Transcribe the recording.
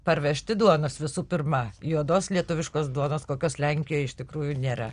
parvežti duonos visų pirma juodos lietuviškos duonos kokios lenkijoj iš tikrųjų nėra